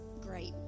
great